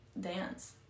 dance